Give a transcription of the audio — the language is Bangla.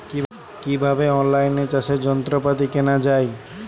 কিভাবে অন লাইনে চাষের যন্ত্রপাতি কেনা য়ায়?